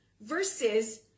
versus